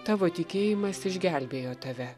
tavo tikėjimas išgelbėjo tave